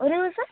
ഒരുദിവസം